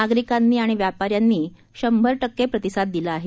नागरिकांनी आणि व्यापाऱ्यांनी शंभर टक्के प्रतिसाद दिला आहे